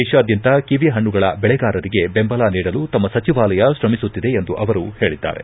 ದೇಶಾದ್ಯಂತ ಕಿವಿ ಪಣ್ಣಗಳ ಬೆಳೆಗಾರರಿಗೆ ಬೆಂಬಲ ನೀಡಲು ತಮ್ಮ ಸಚಿವಾಲಯ ಶ್ರಮಿಸುತ್ತಿದೆ ಎಂದು ಅವರು ಹೇಳಿದ್ದಾರೆ